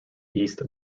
east